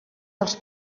dels